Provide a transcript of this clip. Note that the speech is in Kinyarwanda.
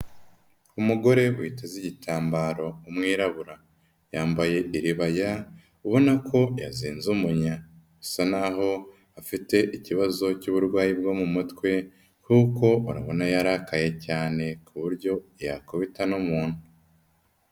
Umugore witeze igitambaro w'umwirabura yambaye iribaya ubona ko yazinze umunya bisa, n'aho afite ikibazo cy'uburwayi bwo mu mutwe kuko urabona yarakaye cyane ku buryo yakubita n'umuntu.